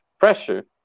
pressure